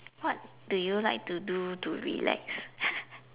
what do you like to do to relax